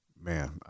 man